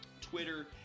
Twitter